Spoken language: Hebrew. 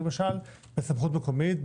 בסמכות מקומית,